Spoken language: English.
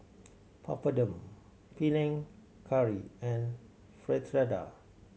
Papadum Panang Curry and Fritada